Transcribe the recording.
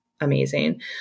amazing